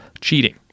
cheating